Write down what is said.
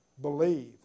believe